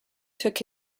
took